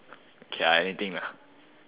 okay I anything lah